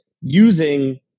Using